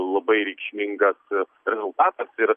labai reikšmingas rezultatas ir